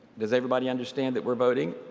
does everybody understand that we're voting?